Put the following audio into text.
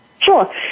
Sure